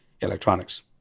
electronics